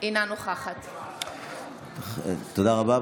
אינה נוכחת תודה רבה.